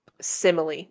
simile